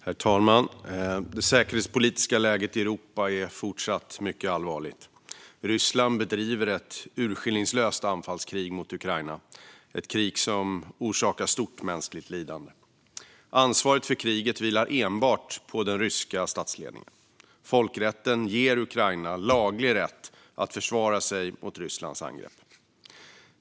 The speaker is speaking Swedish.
Herr talman! Det säkerhetspolitiska läget i Europa är fortsatt mycket allvarligt. Ryssland bedriver ett urskillningslöst anfallskrig mot Ukraina. Det är ett krig som orsakar stort mänskligt lidande. Ansvaret för kriget vilar enbart på den ryska statsledningen. Folkrätten ger Ukraina laglig rätt att försvara sig mot Rysslands angrepp.